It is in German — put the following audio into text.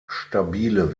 stabile